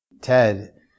Ted